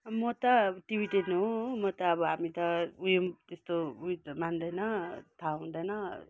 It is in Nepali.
म त टिबेटन हो हो म त अब हामी त उयो त्यस्तो उयो मान्दैन थाहा हुँदैन